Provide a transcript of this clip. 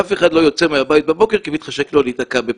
אף אחד לא יוצא מהבית בבוקר כי מתחשק לו להיתקע בפקק.